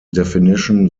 definition